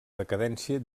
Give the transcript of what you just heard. decadència